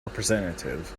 representative